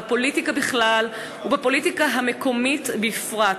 בפוליטיקה בכלל ובפוליטיקה המקומית בפרט.